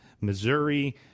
Missouri